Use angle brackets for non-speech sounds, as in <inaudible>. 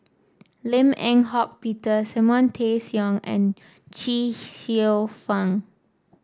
Lim Eng Hock Peter Simon Tay Seong Chee and <unintelligible> Xiu Fang